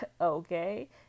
Okay